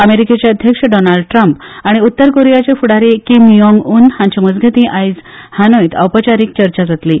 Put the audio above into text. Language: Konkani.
अमेरीकेचे अध्यक्ष डॉनाल्ड ट्रंप आनी उत्तर कोरीयाचे फुडारी किम योंग उन हांचे मजगती आज हानोयत औपचारीक चर्चा जातली